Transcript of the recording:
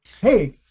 hey